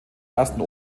ersten